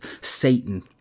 Satan